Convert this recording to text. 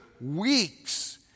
weeks